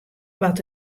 wat